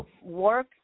work